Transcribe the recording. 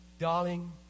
darling